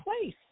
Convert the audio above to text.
place